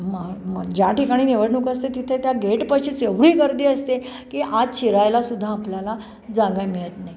ज्या ठिकाणी निवडणूक असते तिथे त्या गेटपाशीच एवढी गर्दी असते की आत शिरायलासुद्धा आपल्याला जागा मिळत नाही